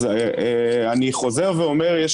אני אשמח גם לגבי העניין הזה לקבל התייחסות,